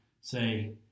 say